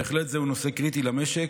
בהחלט זהו נושא קריטי למשק,